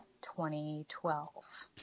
2012